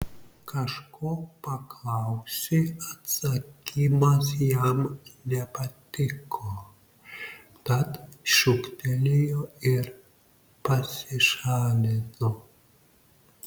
kažko paklausė atsakymas jam nepatiko tad šūktelėjo ir pasišalino